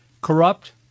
Corrupt